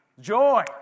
Joy